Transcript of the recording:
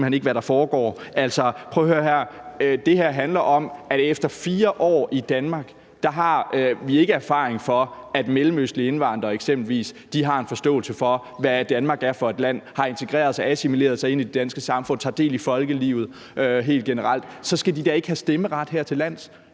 her handler om, at efter 4 år i Danmark har vi ikke erfaring for, at mellemøstlige indvandrere eksempelvis har en forståelse for, hvad Danmark er for et land, har integreret sig, assimileret sig ind i det danske samfund eller tager del i folkelivet helt generelt, og så skal de da ikke have stemmeret hertillands